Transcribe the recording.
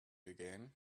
again